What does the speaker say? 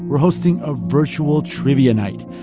we're hosting a virtual trivia night.